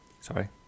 sorry